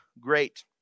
great